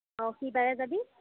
অঁ কি বাৰে যাবি